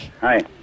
Hi